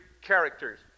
characters